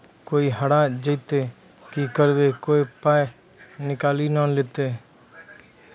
Card हेरा जइतै तऽ की करवै, कोय पाय तऽ निकालि नै लेतै?